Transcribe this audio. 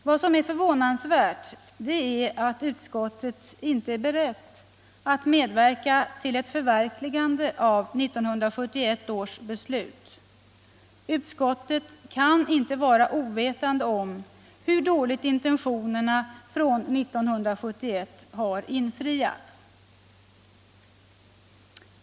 Vad som är förvånansvärt är att utskottet inte är berett att medverka till ett förverkligande av 1971 års beslut. Utskottet kan inte vara ovetande om hur dåligt intentionerna från 1971 har infriats.